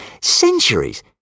centuries